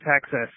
Texas